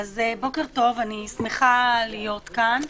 בוקר טוב, אני שמחה להיות כאן.